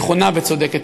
נכונה וצודקת.